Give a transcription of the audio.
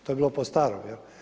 To je bilo po starom.